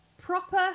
proper